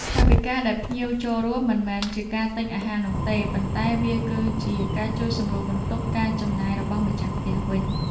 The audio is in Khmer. ថវិកាដែលភ្ញៀវចូលរួមមិនមែនជាការទិញអាហារនោះទេ ប៉ុន្តែវាគឺជាការជួយសម្រាលបន្ទុកការចំណាយរបស់ម្ចាស់ផ្ទះវិញ។